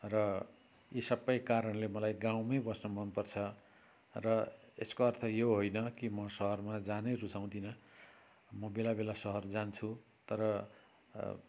र यी सबै कारणले मलाई गाउँमै बस्न मनपर्छ र यसको अर्थ यो होइन कि म सहरमा जानै रुचाउँदिन म बेलाबेला सहर जान्छु तर